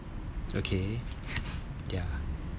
okay ya